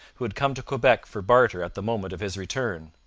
who had come to quebec for barter at the moment of his return.